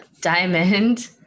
Diamond